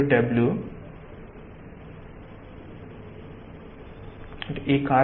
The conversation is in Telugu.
W